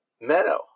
meadow